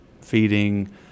feeding